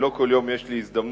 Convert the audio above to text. לא כל יום יש לי הזדמנות,